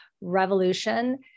revolution